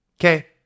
okay